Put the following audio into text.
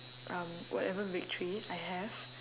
um whatever victory I have